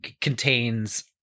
contains